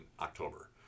October